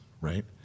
right